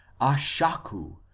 Ashaku